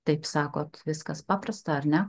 taip sakote viskas paprasta ar ne